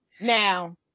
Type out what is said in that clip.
now